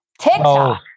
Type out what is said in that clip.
TikTok